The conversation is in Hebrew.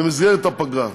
במסגרת הפגרה.